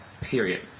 Period